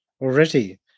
already